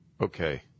Okay